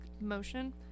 motion